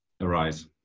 arise